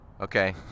Okay